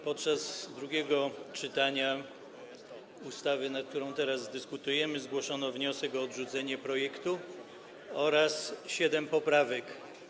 Podczas drugiego czytania ustawy, o której teraz dyskutujemy, zgłoszono wniosek o odrzucenie projektu oraz siedem poprawek.